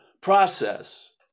process